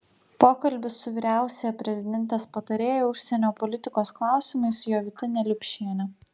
pokalbis su vyriausiąja prezidentės patarėja užsienio politikos klausimais jovita neliupšiene